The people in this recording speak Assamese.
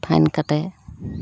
ফাইন কাটে